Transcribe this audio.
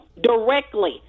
directly